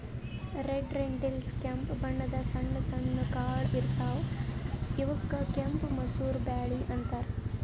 red lentils ಕೆಂಪ್ ಬಣ್ಣದ್ ಸಣ್ಣ ಸಣ್ಣು ಕಾಳ್ ಇರ್ತವ್ ಇವಕ್ಕ್ ಕೆಂಪ್ ಮಸೂರ್ ಬ್ಯಾಳಿ ಅಂತಾರ್